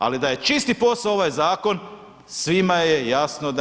Ali, da je čisti posao ovaj zakon, svima je jasno da